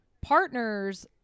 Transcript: partner's